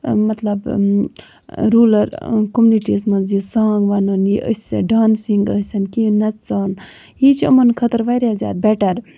مطلب rural communities منٛز یہِ سونگ وَنُن یہِ أسۍ ڈانسِنگ ٲسٕنۍ کیٚنہہ نَژان یہِ چھُ یِمَن خٲطرٕ واریاہ زیادٕ بیٹر